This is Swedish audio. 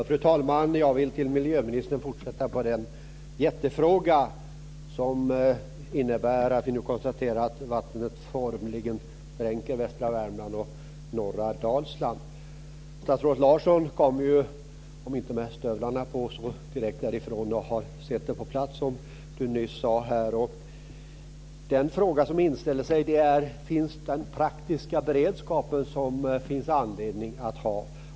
Fru talman! Jag vill vända mig till miljöministern och fortsätta med den här jättefrågan, nämligen att vi nu konstaterar att vattnet formligen dränker västra Värmland och norra Dalsland. Statsrådet Larsson kom ju, om inte med stövlarna på, så direkt därifrån och har sett det på plats, som han nyss sade här. Den fråga som då inställer sig är: Finns den praktiska beredskap som det finns anledning att ha?